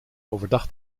overdag